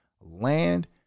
land